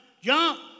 jump